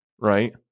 right